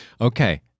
Okay